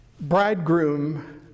bridegroom